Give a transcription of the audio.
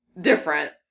different